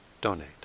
donate